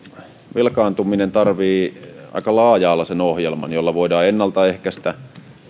velkaantuminen tarvitsee aika laaja alaisen ohjelman jolla voidaan ennaltaehkäistä